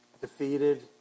defeated